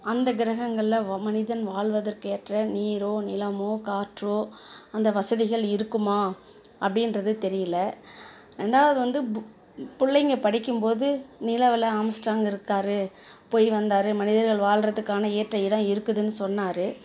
அந்த கிரகங்களில் மனிதன் வாழ்வதற்கு ஏற்ற நீரோ நிலமோ காற்றோ அந்த வசதிகள் இருக்குமா அப்படின்றதே தெரியல ரெண்டாவது வந்து பிள்ளைங்க படிக்கும் போது நிலாவில் ஆம்ஸ்ட்ராங் இருக்காரு போய் வந்தார் மனிதர்கள் வாழ்கிறத்துக்கான ஏற்ற இடம் இருக்குதுன்னு சொன்னார்